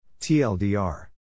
TLDR